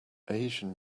asian